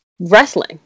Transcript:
wrestling